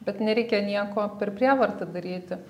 bet nereikia nieko per prievartą daryti